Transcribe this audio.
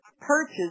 purchased